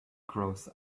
grows